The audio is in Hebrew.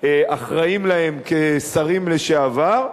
אחראים להם כשרים לשעבר,